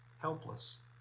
helpless